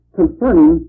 concerning